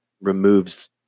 removes